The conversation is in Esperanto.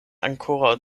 ankoraŭ